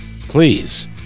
please